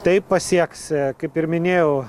taip pasieks kaip ir minėjau